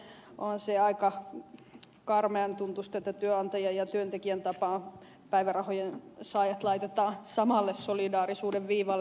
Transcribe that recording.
onhan se aika karmean tuntuista että työnantajan ja työntekijän tapaan päivärahojen saajat laitetaan samalle solidaarisuuden viivalle